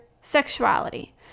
sexuality